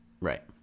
right